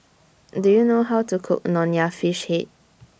Do YOU know How to Cook Nonya Fish Head